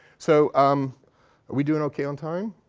so um are we doing okay on time?